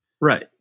Right